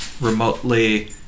remotely